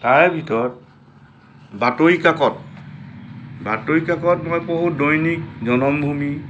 তাৰে ভিতৰত বাতৰি কাকত বাতৰি কাকত মই পঢ়োঁ দৈনিক জনমভূমি